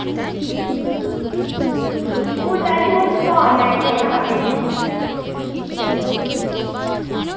ओह् तैलूं ओह् समान लैने गी गेदा हा किश